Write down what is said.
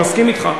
בדיוק.